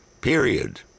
Period